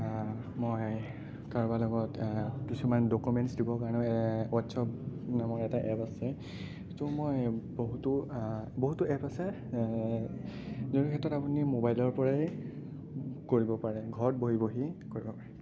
মই কাৰোবাৰ লগত কিছুমান ডকুমেণ্টছ দিবৰ কাৰণেও হোৱাটছআপ নামৰ এটা এপ আছে সেইটো মই বহুতো বহুতো এপ আছে তেনেকুৱা ক্ষেত্ৰত আপুনি মোবাইলৰপৰাই কৰিব পাৰে ঘৰত বহি বহি কৰিব পাৰে